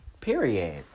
Period